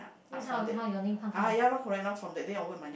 this how how your name come from